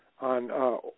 on